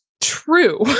true